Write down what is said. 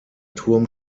turm